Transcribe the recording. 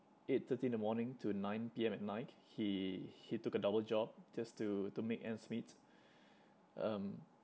eight thirty in the morning to nine P_M at night he he took a double job just to to make ends meet um